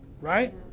Right